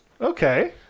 Okay